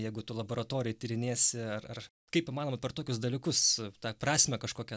jeigu tu laboratorijoj tyrinėsi ar ar kaip įmanoma per tokius dalykus tą prasmę kažkokią